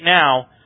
now